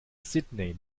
sydney